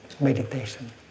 meditation